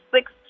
six